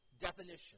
definition